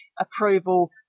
approval